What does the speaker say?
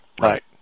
Right